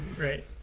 Right